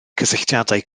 cysylltiadau